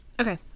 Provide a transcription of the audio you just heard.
Okay